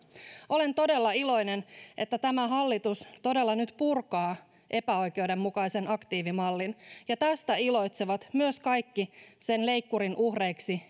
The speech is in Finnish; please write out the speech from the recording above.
olen todella iloinen että tämä hallitus todella nyt purkaa epäoikeudenmukaisen aktiivimallin ja tästä iloitsevat myös kaikki sen leikkurin uhreiksi